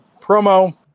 promo